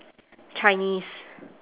chinese